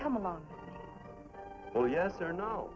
come along well yes or no